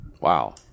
wow